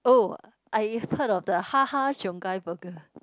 oh I have heard of the Ha Ha-Cheong-Gai burger